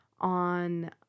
on